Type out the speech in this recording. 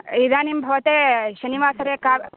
इदानीं भवते शनिवासरे का